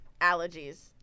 allergies